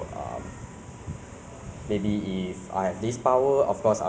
cause ah to what I've to what I have experienced ah you know like being